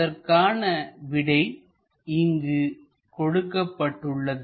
அதற்கான விடை இங்கு கொடுக்கப்பட்டுள்ளது